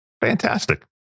Fantastic